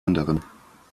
anderen